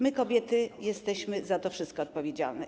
My, kobiety, jesteśmy za to wszystko odpowiedzialne.